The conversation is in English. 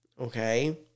Okay